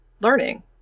learning